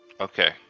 Okay